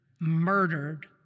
murdered